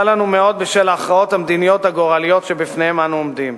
לנו מאוד בשל ההכרעות המדיניות הגורליות שבפניהן אנו עומדים."